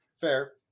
Fair